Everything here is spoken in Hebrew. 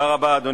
אז אני